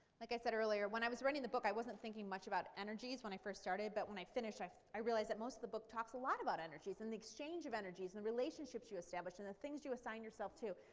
like i said earlier, when i was writing the book i wasn't think much about energies when i first started. but when i finished i i realized that most of the book talked a lot of energies and the exchange of energies and the relationships you establish and the things you assign yourself to.